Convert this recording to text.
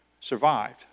survived